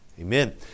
amen